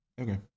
okay